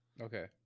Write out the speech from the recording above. Okay